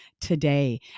today